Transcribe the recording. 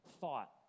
thought